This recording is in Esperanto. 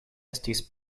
estis